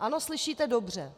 Ano, slyšíte dobře.